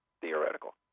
Theoretical